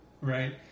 right